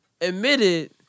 admitted